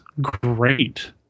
great